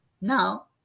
now